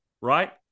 right